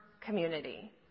community